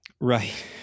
Right